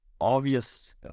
obvious